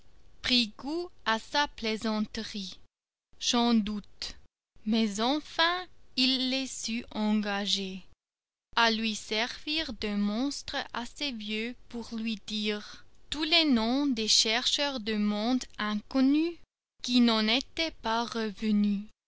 prit goût à sa plaisanterie j'en doute mais enfin il les sut engager à lui servir d'un monstre assez vieux pour lui dire tous les noms des chercheurs de mondes inconnus qui n'en étaient pas revenus